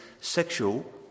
sexual